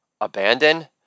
abandon